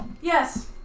Yes